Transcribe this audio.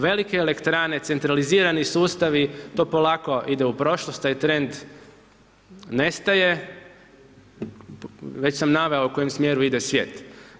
Velike elektrane, centralizirani sustavi, to polako ide u prošlost a i trend nestaje, već sam naveo u kojem smjeru ide svijet.